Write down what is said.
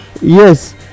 yes